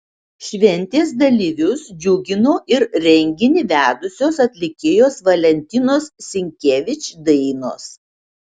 šventės dalyvius džiugino ir renginį vedusios atlikėjos valentinos sinkevič dainos